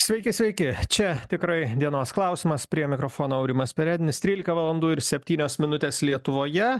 sveiki sveiki čia tikrai dienos klausimas prie mikrofono aurimas perednis trylika valandų ir septynios minutės lietuvoje